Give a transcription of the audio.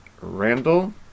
Randall